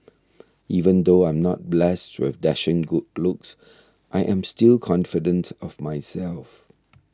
even though I'm not blessed with dashing good looks I am still confident of myself